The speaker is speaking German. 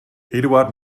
eduard